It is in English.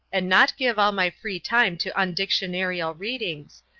and not give all my free time to undictionarial readings,